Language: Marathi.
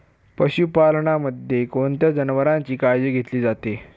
पशुपालनामध्ये कोणत्या जनावरांची काळजी घेतली जाते?